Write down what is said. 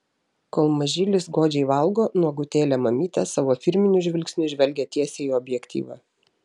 kol mažylis godžiai valgo nuogutėlė mamytė savo firminiu žvilgsniu žvelgia tiesiai į objektyvą